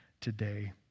today